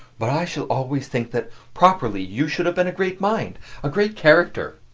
but i shall always think that, properly, you should have been a great mind a great character.